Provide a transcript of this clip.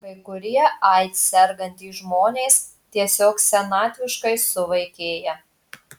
kai kurie aids sergantys žmonės tiesiog senatviškai suvaikėja